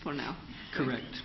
for now correct